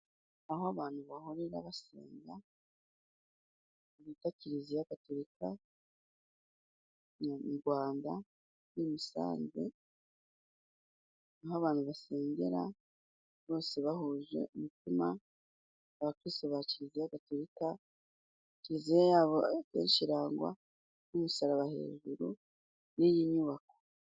Aho abantu bahurira basenga bita kiliziya gatolika mu gwanda ibisanzwe aho abantu basengera bose bahuje umutima, abakirisito ba kiriziya gatorika, kiriziya yabo benshi irangwa n'umusaraba hejuru y'iyi nyubako.